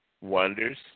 wonders